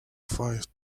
five